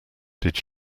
did